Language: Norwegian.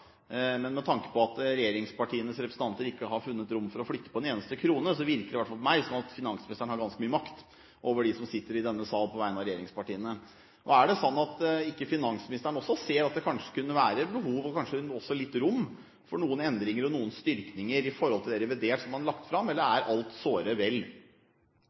men med tanke på at regjeringspartienes representanter ikke har funnet rom for å flytte på en eneste krone, så virker det – i hvert fall på meg – som om finansministeren har ganske mye makt over dem som sitter i denne sal på vegne av regjeringspartiene. Er det ikke sånn at finansministeren også ser at det kanskje kunne være behov – og kanskje også litt rom – for noen endringer og noen styrkninger i forhold til det reviderte budsjettet som er lagt fram? Eller er alt såre vel?